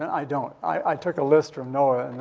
and i don't. i i took a list from noah.